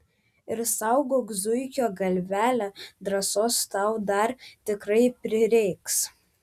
ir saugok zuikio galvelę drąsos tau dar tikrai prireiks